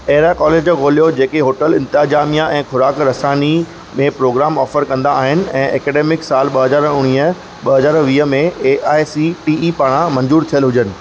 अहिड़ा कॉलेज ॻोल्हियो जेके होटल इंतज़ामिया ऐं ख़ुराक रसानी में प्रोग्राम ऑफ़र कंदा आहिनि ऐं ऐकडेमिक साल ॿ हज़ार उणिवीह ॿ हज़ार वीह में A I C P E पारां मंज़ूर थियल हुजनि